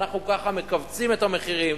ואנחנו ככה מכווצים את המחירים.